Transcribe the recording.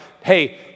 hey